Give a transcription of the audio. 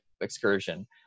excursion